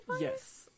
Yes